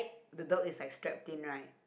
the dog is like strapped in right